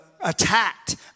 attacked